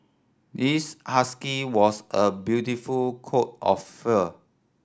this husky was a beautiful coat of fur